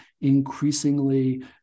increasingly